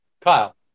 Kyle